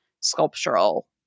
sculptural